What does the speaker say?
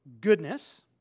goodness